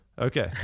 Okay